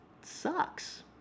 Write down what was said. sucks